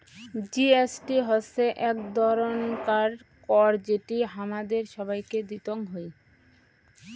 GST হসে এক ধরণকার কর যেটি হামাদের সবাইকে দিতং হই